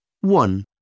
One